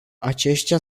aceștia